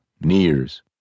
nears